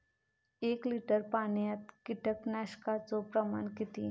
एक लिटर पाणयात कीटकनाशकाचो प्रमाण किती?